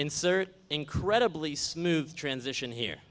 insert incredibly smooth transition here